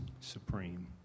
supreme